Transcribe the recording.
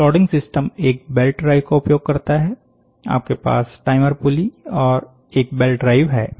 plotting system एक belt drive का उपयोग करता है आपके पास टाइमर पुली और एक बेल्ट ड्राइव है